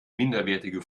minderwertige